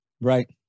Right